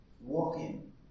walking